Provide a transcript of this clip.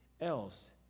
else